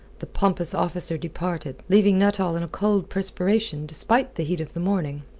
the pompous officer departed, leaving nuttall in a cold perspiration despite the heat of the morning.